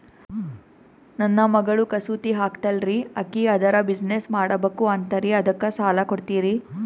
ನನ್ನ ಮಗಳು ಕಸೂತಿ ಹಾಕ್ತಾಲ್ರಿ, ಅಕಿ ಅದರ ಬಿಸಿನೆಸ್ ಮಾಡಬಕು ಅಂತರಿ ಅದಕ್ಕ ಸಾಲ ಕೊಡ್ತೀರ್ರಿ?